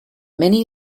many